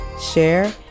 share